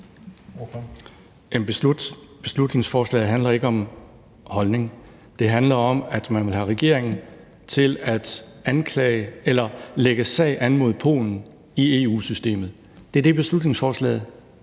beslutningsforslaget handler ikke om holdning. Det handler om, at man vil have regeringen til at lægge sag an mod Polen i EU-systemet. Det er det, beslutningsforslaget